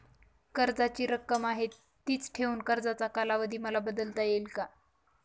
कर्जाची रक्कम आहे तिच ठेवून कर्जाचा कालावधी मला बदलता येईल का?